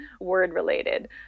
word-related